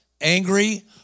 angry